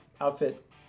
outfit